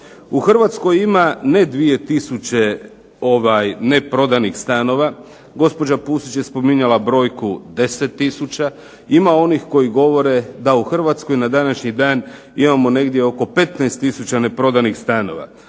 U Hrvatskoj ima ne 2 tisuće neprodanih stanova, gospođa Pusić je spominjala brojku 10 tisuća, ima onih koji govore da u Hrvatskoj na današnji dan imamo negdje oko 15 tisuća neprodanih stanova.